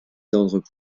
d’ordre